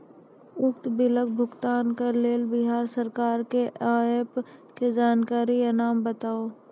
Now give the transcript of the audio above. उक्त बिलक भुगतानक लेल बिहार सरकारक आअन्य एप के जानकारी या नाम बताऊ?